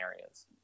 areas